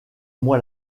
moi